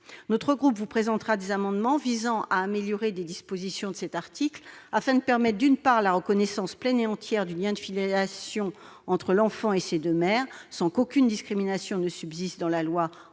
Le groupe CRCE présentera des amendements visant à améliorer les dispositions de cet article afin, d'une part, de permettre la reconnaissance pleine et entière du lien de filiation entre l'enfant et ses deux mères sans qu'aucune discrimination subsiste dans la loi entre